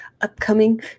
upcoming